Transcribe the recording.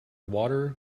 water